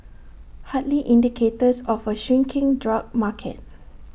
hardly indicators of A shrinking drug market